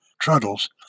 trundles